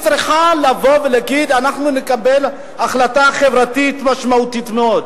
היא צריכה לבוא ולהגיד: אנחנו נקבל החלטה חברתית משמעותית מאוד.